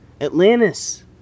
Atlantis